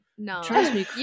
No